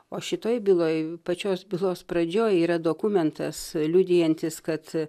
o šitoj byloj pačios bylos pradžioj yra dokumentas liudijantis kad